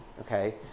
okay